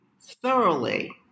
thoroughly